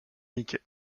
mickey